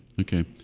Okay